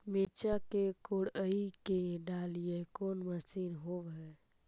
मिरचा के कोड़ई के डालीय कोन मशीन होबहय?